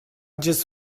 just